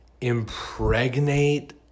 impregnate